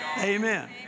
Amen